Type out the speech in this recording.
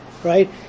Right